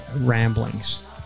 ramblings